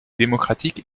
démocratiques